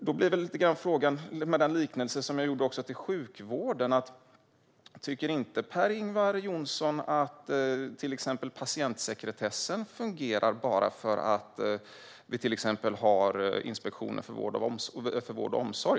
Då blir frågan, med den liknelse som jag gjorde med sjukvården, om Per-Ingvar Johnsson inte tycker att till exempel patientsekretessen fungerar, bara för att vi har Inspektionen för vård och omsorg.